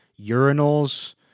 urinals